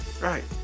Right